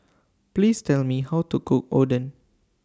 Please Tell Me How to Cook Oden